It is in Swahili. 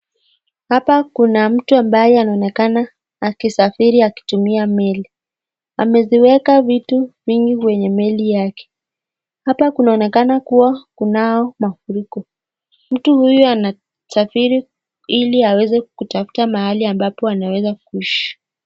Hapa kuna mtu ambaye anaonekana akisafiri akitumia meli ameziweka vitu mingi kwenye meli yake hapa kunaonekana kuwa kunao mafuriko mtu huyu anasafiri ili aweze kutafuta mahali ambapo anaweza kuishi.